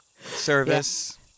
Service